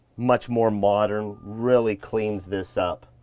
much more modern, really cleans this up.